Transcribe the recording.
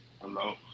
Hello